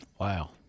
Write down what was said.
Wow